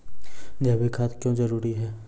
जैविक खाद क्यो जरूरी हैं?